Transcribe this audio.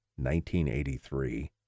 1983